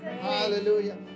Hallelujah